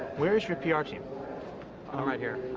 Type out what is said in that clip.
where is your pr team? i'm right here.